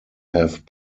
have